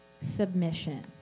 Submission